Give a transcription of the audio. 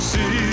See